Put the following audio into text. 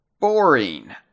boring